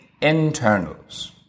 internals